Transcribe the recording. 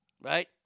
right